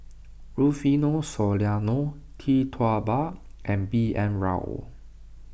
Rufino Soliano Tee Tua Ba and B N Rao